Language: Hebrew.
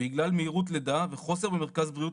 בגלל מהירות לידה וחוסר במרכז בריאות